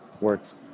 works